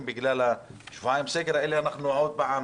שבגלל הסגר הזה של השבועיים עוד פעם